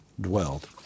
dwelled